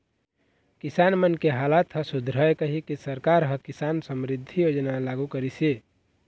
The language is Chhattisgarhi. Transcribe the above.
किसान मन के हालत ह सुधरय कहिके सरकार ह किसान समरिद्धि योजना लागू करिस हे